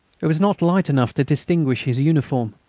it was not light enough to distinguish his uniform,